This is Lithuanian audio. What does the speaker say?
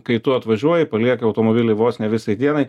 kai tu atvažiuoji palieki automobilį vos ne visai dienai